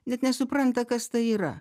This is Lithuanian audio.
net nesupranta kas tai yra